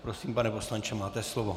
Prosím, pane poslanče, máte slovo.